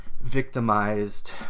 victimized